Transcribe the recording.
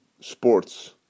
sports